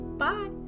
Bye